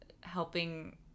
helping